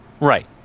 Right